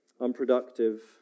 unproductive